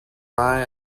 lie